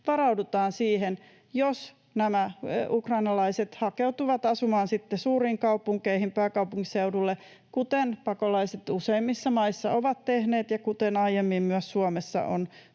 varaudutaan siihen, jos nämä ukrainalaiset hakeutuvat asumaan sitten suuriin kaupunkeihin pääkaupunkiseudulle, kuten pakolaiset useimmissa maissa ovat tehneet ja kuten aiemmin myös Suomessa on